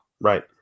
Right